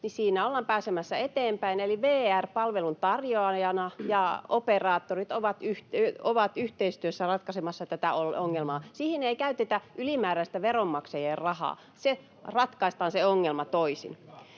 ajan, ollaan pääsemässä eteenpäin, eli VR palveluntarjoajana ja operaattorit ovat yhteistyössä ratkaisemassa tätä ongelmaa. Siihen ei käytetä ylimääräistä veronmaksajien rahaa. Se ongelma ratkaistaan toisin.